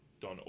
done